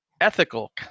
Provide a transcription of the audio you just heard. ethical